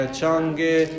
Changi